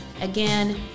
again